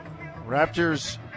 raptors